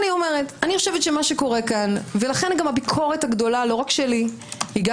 אני חושבת שמה שקורה פה ולכן גם הביקורת הגדולה לא רק שלי אלא גם